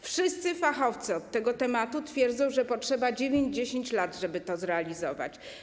Wszyscy fachowcy od tego tematu twierdzą, że potrzeba 9-10 lat, żeby to zrealizować.